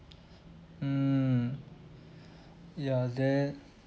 hmm ya that